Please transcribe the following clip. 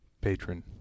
patron